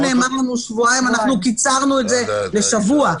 אתמול נאמר לנו שבועיים, קיצרנו לשבוע.